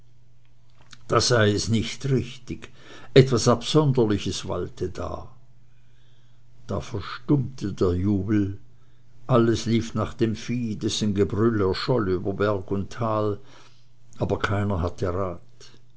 da sei es nicht richtig etwas absonderliches walte da da verstummte der jubel alles lief nach dem vieh dessen gebrüll erscholl über berg und tal aber keiner hatte rat